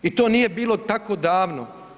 I to nije bilo tako davno.